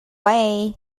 way